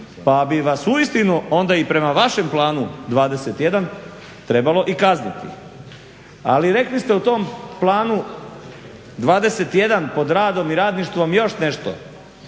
pa bi vas uistinu onda i prema vašem Planu 21 trebalo i kazniti. Ali rekli ste u tom Planu 21 pod radom i radništvom još nešto,